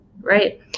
Right